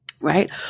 right